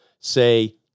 say